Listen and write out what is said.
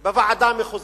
בוועדה המחוזית,